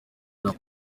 nabo